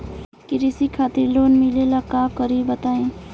कृषि खातिर लोन मिले ला का करि तनि बताई?